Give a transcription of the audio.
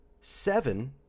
seven